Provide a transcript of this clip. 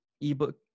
ebook